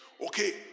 okay